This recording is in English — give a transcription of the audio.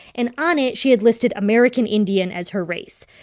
and on it, she had listed american indian as her race.